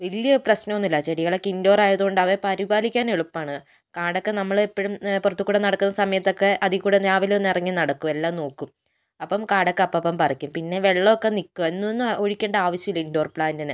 വലിയ പ്രശ്നമൊന്നുമില്ല ചെടികളൊക്കെ ഇൻഡോർ ആയതുകൊണ്ട് അവയെ പരിപാലിക്കാൻ എളുപ്പമാണ് കാടൊക്കെ നമ്മൾ എപ്പോഴും പുറത്തുകൂടി നടക്കുന്ന സമയത്തൊക്കെ അതിൽ കൂടി രാവിലെ ഒന്ന് ഇറങ്ങി നടക്കും എല്ലാം നോക്കൂം അപ്പം കാടൊക്കെ അപ്പപ്പം പറിക്കും പിന്നെ വെള്ളമൊക്കെ നിൽക്കും എന്നും എന്നും ഒഴിക്കേണ്ട ആവശ്യമില്ല ഇൻഡോർ പ്ലാന്റിന്